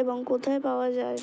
এবং কোথায় পাওয়া যায়?